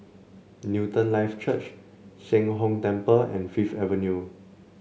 Newton Life Church Sheng Hong Temple and Fifth Avenue